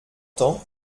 temps